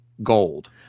Gold